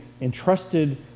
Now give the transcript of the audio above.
entrusted